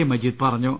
A Majeed പറഞ്ഞു